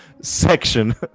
section